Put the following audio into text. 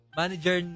manager